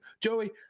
Joey